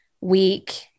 week